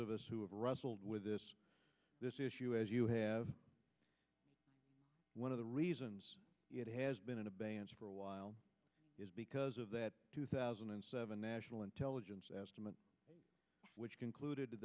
of us who have wrestled with this issue as you have one of the reasons it has been in abeyance for a while is because of that two thousand and seven national intelligence estimate which concluded